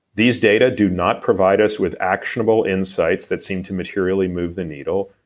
these data do not provide us with actionable insights that seem to materially move the needle.